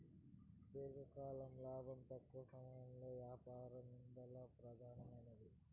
దీర్ఘకాలం లాబం, తక్కవ సమయంలో యాపారం ఇందల పెదానమైనవి